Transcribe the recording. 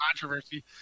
controversy